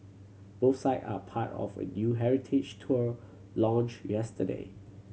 both site are part of a new heritage tour launched yesterday